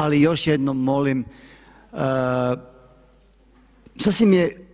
Ali još jednom molim, sasvim je